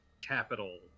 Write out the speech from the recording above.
capital